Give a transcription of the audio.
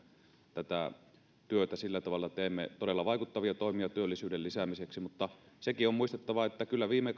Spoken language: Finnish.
tätä työtä sillä tavalla että teemme todella vaikuttavia toimia työllisyyden lisäämiseksi sekin on muistettava että kyllä myös viime